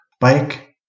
bike